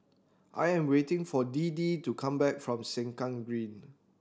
I am waiting for Deedee to come back from Sengkang Green